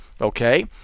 okay